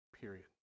Period